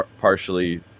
partially